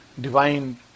Divine